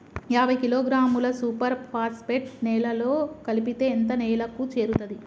యాభై కిలోగ్రాముల super phosphate నేలలో కలిపితే ఎంత నేలకు చేరుతది?